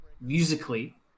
musically